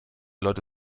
leute